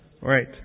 Right